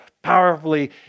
powerfully